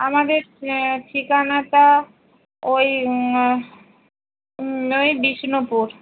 আমাদের ঠিকানাটা ওই ওই বিষ্ণুপুর